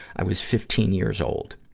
i was fifteen years old.